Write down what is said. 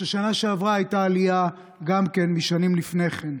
ובשנה שעברה הייתה עלייה גם משנים שלפני כן.